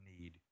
need